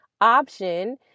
option